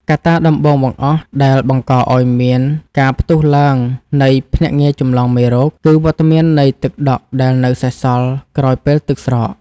កត្តាដំបូងបង្អស់ដែលបង្កឱ្យមានការផ្ទុះឡើងនៃភ្នាក់ងារចម្លងមេរោគ គឺវត្តមាននៃទឹកដក់ដែលនៅសេសសល់ក្រោយពេលទឹកស្រក។